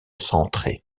centrées